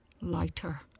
lighter